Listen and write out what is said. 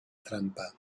trampa